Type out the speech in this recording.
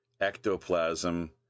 ectoplasm